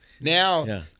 Now